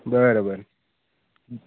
बरं बरं